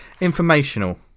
informational